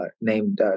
named